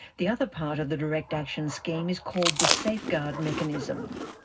the other part of the direct action scheme is called the safeguard mechanism.